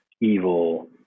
evil